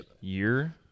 year